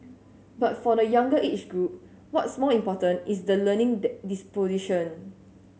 but for the younger age group what's more important is the learning disposition